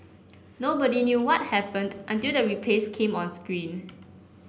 nobody knew what happened until the replays came on screen